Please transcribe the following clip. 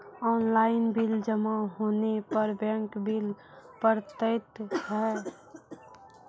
Online bill जमा होने पर बैंक बिल पड़तैत हैं?